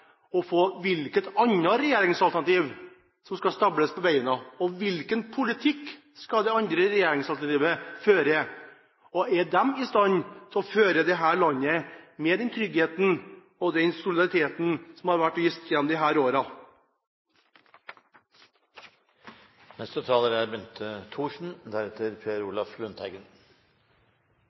å få vite hvilket annet regjeringsalternativ som skal stables på beina. Hvilken politikk skal det andre regjeringsalternativet føre? Er de i stand til å føre dette landet med den tryggheten og den solidariteten som har vært vist gjennom